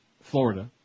Florida